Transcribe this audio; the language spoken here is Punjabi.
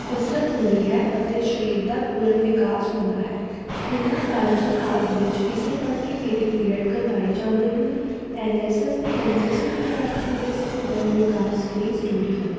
ਕਸਰਤ ਹੁੰਦੀ ਹੈ ਅਤੇ ਸਰੀਰ ਦਾ ਪੂਰਨ ਵਿਕਾਸ ਹੁੰਦਾ ਹੈ ਸਕੂਲਾਂ ਕਾਲਜਾਂ ਆਦਿ ਵਿੱਚ ਇਸੇ ਕਰਕੇ ਪੀ ਟੀ ਪੀਰੀਅਡ ਕਰਵਾਏ ਜਾਂਦੇ ਹਨ ਐੱਨ ਐੱਸ ਐੱਸ ਅਤੇ ਐੱਨ ਸੀ ਸੀ ਵਿਦਿਆਰਥੀਆਂ ਦੇ ਸੰਪੂਰਨ ਵਿਕਾਸ ਲਈ ਜ਼ਰੂਰੀ ਹਨ